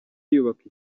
yubaka